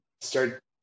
start